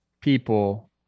people